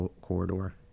corridor